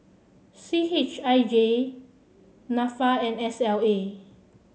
C H I J NAFA and S L A